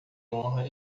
honra